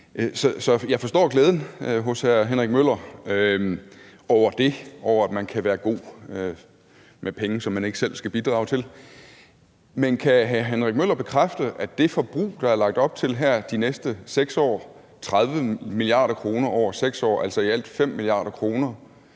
Så jeg forstår glæden hos hr. Henrik Møller over det, altså at man kan være god med penge, som man ikke selv skal bidrage til. Men kan hr. Henrik Møller bekræfte, at det forbrug, der er lagt op til her de næste 6 år – 30 mia. kr. over 6 år, altså i alt 5 mia. kr.